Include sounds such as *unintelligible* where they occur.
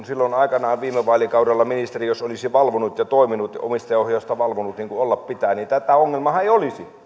*unintelligible* silloin aikanaan viime vaalikaudella ministeriö olisi valvonut ja toiminut omistajaohjausta valvonut niin kuin pitää niin tätä ongelmaahan ei olisi